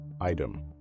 Item